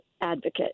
advocate